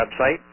website